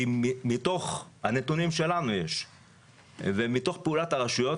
כי מתוך הנתונים שלנו יש ומתוך פעולת הרשויות,